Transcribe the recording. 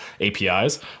APIs